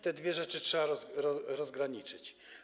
Te dwie rzeczy trzeba rozgraniczyć.